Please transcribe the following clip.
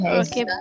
okay